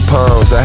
pounds